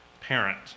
parent